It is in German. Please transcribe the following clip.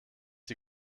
die